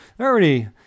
already